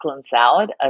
salad